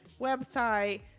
website